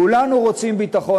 כולנו רוצים ביטחון,